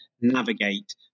navigate